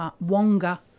Wonga